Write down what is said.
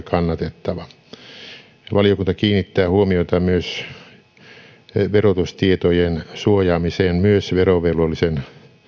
kannatettava valiokunta kuitenkin kiinnittää huomiota verotustietojen suojaamiseen myös verovelvollisen